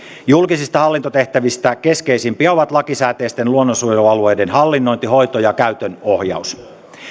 julkisista hallintotehtävistä keskeisimpiä ovat lakisääteisten luonnonsuojelualueiden hallinnointi hoito ja käytön ohjaus